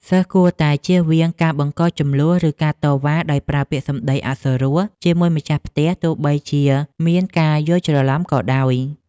សិស្សគួរតែជៀសវាងការបង្កជម្លោះឬការតវ៉ាដោយប្រើពាក្យសម្តីអសុរោះជាមួយម្ចាស់ផ្ទះទោះបីជាមានការយល់ច្រឡំក៏ដោយ។